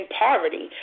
poverty